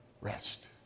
rest